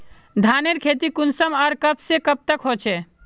धानेर खेती कुंसम आर कब से कब तक होचे?